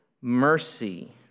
mercy